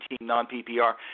non-PPR